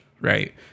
right